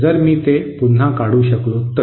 जर मी ते पुन्हा काढू शकलो तर